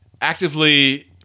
actively